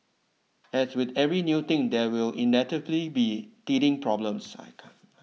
as with every new thing there will inevitably be teething problems I can